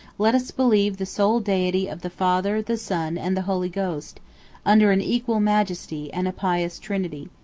let us believe the sole deity of the father, the son, and the holy ghost under an equal majesty, and a pious trinity.